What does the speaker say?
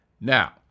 Now